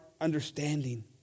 understanding